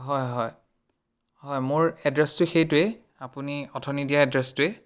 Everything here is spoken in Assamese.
হয় হয় হয় মোৰ এড্ৰেছটো সেইটোৱেই আপুনি অথনি দিয়া এড্ৰেছটোৱেই